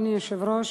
אדוני היושב-ראש,